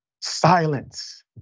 Silence